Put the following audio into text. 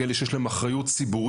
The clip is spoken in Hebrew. כאלה שיש להם אחריות ציבורית,